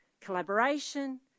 collaboration